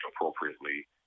appropriately